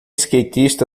skatista